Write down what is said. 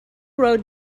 road